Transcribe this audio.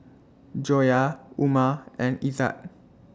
Joyah Umar and Izzat